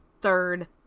third